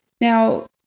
Now